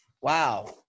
wow